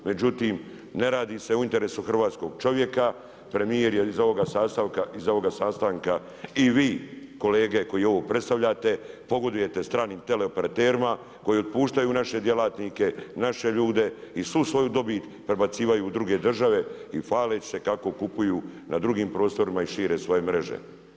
Međutim ne radi se u interesu hrvatskog čovjeka, premijer je iz ovoga sastanka i vi kolege koji ovo predstavljate, pogodujete stranim teleoperaterima koji otpuštaju naše djelatnike, naše ljude i svu svoju dobit prebacivaju u druge države i hvaleći se kako kupuju na drugim prostorima i šire svoje mreže.